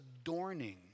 adorning